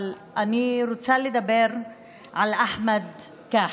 אני רוצה לדבר על אחמד כחלה.